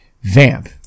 vamp